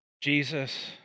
Jesus